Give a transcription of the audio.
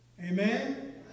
Amen